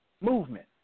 movement